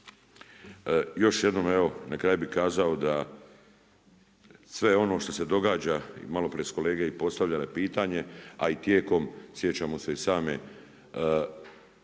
Još jednom evo na kraj bih kazao da sve ono što se događa i malo prije su kolege i postavljale pitanje a i tijekom sjećamo se i same